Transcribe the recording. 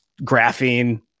graphene